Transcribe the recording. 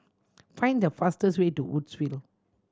find the fastest way to Woodsville